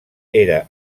era